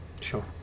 Sure